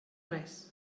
res